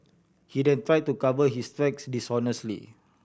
he then tried to cover his tracks dishonestly